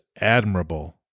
admirable